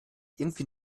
irgendwie